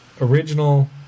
original